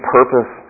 purpose